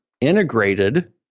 integrated